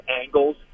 angles